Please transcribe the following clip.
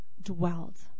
dwelled